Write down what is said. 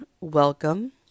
welcome